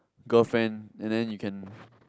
girlfriend and then you can